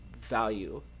value